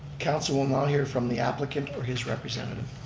council will now hear from the applicant or his representative.